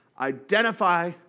Identify